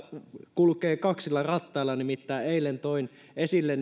kulkee kaksilla rattailla nimittäin kun eilen toin esille